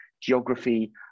geography